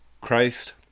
Christ